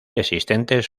existentes